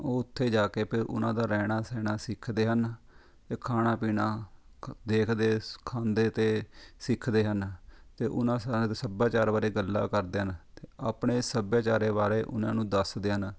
ਉਹ ਉੱਥੇ ਜਾ ਕੇ ਫਿਰ ਉਹਨਾਂ ਦਾ ਰਹਿਣਾ ਸਹਿਣਾ ਸਿੱਖਦੇ ਹਨ ਅਤੇ ਖਾਣਾ ਪੀਣਾ ਖ ਦੇਖਦੇ ਸ ਖਾਂਦੇ ਅਤੇ ਸਿੱਖਦੇ ਹਨ ਅਤੇ ਉਹਨਾਂ ਦੇ ਸੱਭਿਆਚਾਰ ਬਾਰੇ ਗੱਲਾਂ ਕਰਦੇ ਹਨ ਅਤੇ ਆਪਣੇ ਸੱਭਿਆਚਾਰ ਬਾਰੇ ਉਹਨਾਂ ਨੂੰ ਦੱਸਦੇ ਹਨ